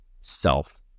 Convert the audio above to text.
self-